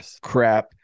crap